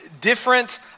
different